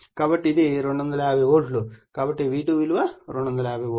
కాబట్టి ఇది 250 వోల్ట్లు కాబట్టి V2 విలువ 250 వోల్ట్